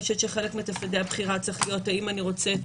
אני חושבת שחלק מתפריטי הבחירה צריך להיות האם אני רוצה את